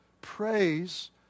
praise